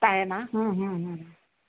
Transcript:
ᱛᱟᱦᱮᱸᱱᱟ ᱦᱩᱸ ᱦᱩᱸ ᱦᱩᱸ